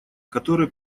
которые